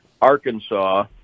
arkansas